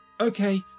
Okay